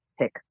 pick